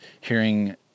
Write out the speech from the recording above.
hearing